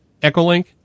echolink